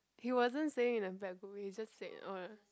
he wasn't saying in a bad group he just said oh